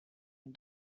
and